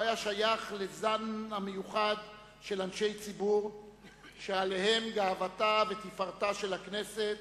הוא היה שייך לזן המיוחד של אנשי ציבור שעליהם גאוותה ותפארתה של הכנסת,